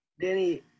Danny